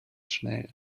schnell